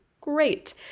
Great